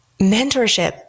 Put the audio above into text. mentorship